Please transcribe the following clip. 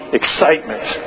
excitement